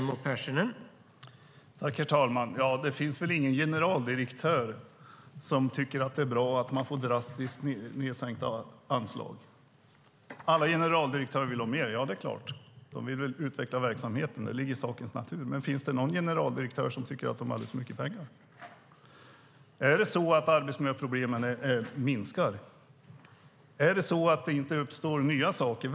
Herr talman! Ja, det finns väl ingen generaldirektör som tycker att det är bra att få drastiskt sänkta anslag. Det är klart att alla generaldirektörer vill ha mer; de vill väl utveckla verksamheten. Det ligger i sakens natur - finns det någon generaldirektör som tycker att de har alldeles för mycket pengar? Är det så att arbetsmiljöproblemen minskar? Är det så att det inte uppstår nya saker?